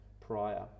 prior